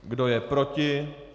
Kdo je proti?